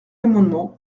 amendement